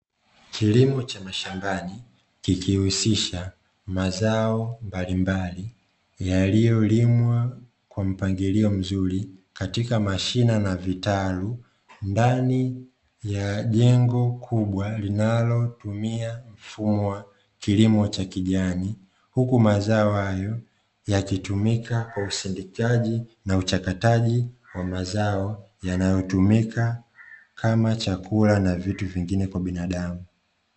Kilimo cha mashambani kikihusisha mazao mbalimbali yaliyolimwa, mpangilio mzuri katika mashine na vitalu ndani ya jengo kubwa, linalotumia mfumo wa kilimo cha kijani huku mazao hayo yakitumika kwa usindikaji na uchakataji wa mazao yanayotumika kama chakula na vitu vingine kwa binadamu.